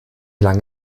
lang